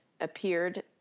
appeared